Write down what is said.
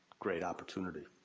great opportunity.